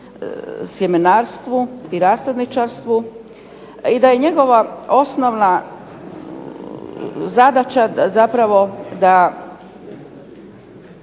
i da je njegova osnovna zadaća zapravo da